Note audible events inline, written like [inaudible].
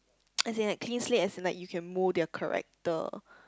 [noise] as in at cleans legs as in like you can mold their character